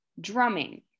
drumming